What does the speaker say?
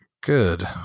Good